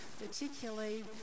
particularly